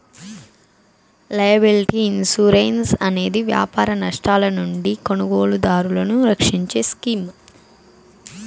liability insurance అనేది వ్యాపార నష్టాల నుండి కొనుగోలుదారులను రక్షించే స్కీమ్